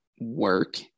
work